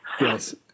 Yes